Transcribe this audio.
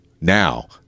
Now